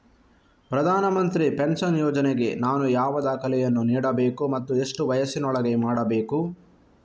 ಪ್ರಧಾನ ಮಂತ್ರಿ ಪೆನ್ಷನ್ ಯೋಜನೆಗೆ ನಾನು ಯಾವ ದಾಖಲೆಯನ್ನು ನೀಡಬೇಕು ಮತ್ತು ಎಷ್ಟು ವಯಸ್ಸಿನೊಳಗೆ ಮಾಡಬೇಕು?